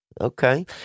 okay